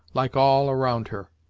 like all around her.